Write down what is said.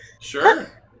Sure